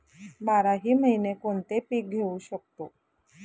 बाराही महिने कोणते पीक घेवू शकतो?